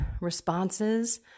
responses